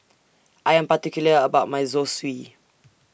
I Am particular about My Zosui